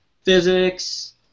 physics